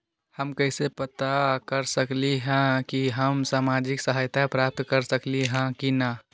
हम कैसे पता कर सकली ह की हम सामाजिक सहायता प्राप्त कर सकली ह की न?